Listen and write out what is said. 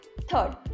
Third